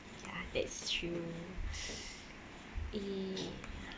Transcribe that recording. ya that's true eh